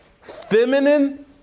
feminine